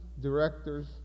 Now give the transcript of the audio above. directors